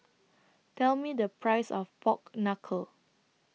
Tell Me The Price of Pork Knuckle